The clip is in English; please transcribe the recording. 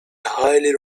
highly